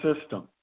system